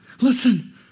Listen